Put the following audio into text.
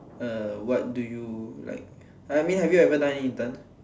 uh what do you like I mean have you ever done any intern